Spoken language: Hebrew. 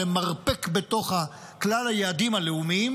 למרפק בתוך כלל היעדים הלאומיים,